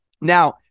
Now